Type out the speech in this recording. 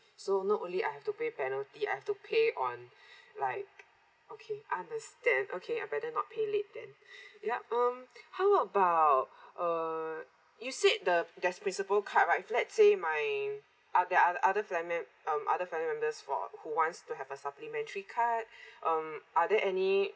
so not only I have to pay penalty I have to pay on like okay understand okay I better not pay late then yup um how about uh you said the there's principle card right if let's say my are there are other family other family members for who wants to have a supplementary card um are there any